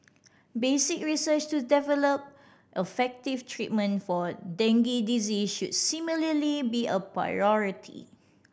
basic research to develop effective treatment for dengue disease should similarly be a priority